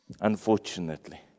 unfortunately